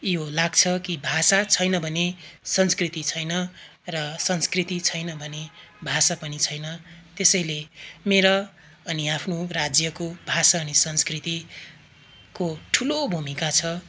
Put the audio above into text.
यो लाग्छ कि भाषा छैन भने संस्कृति छैन र संस्कृति छैन भने भाषा पनि छैन त्यसैले मेरा अनि आफ्नो राज्यको भाषा अनि संस्कृतिको ठुलो भूमिका छ